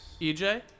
EJ